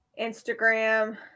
Instagram